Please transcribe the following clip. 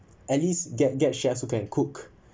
at least get get chefs who can cook